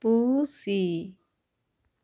ᱯᱩᱻᱥᱤ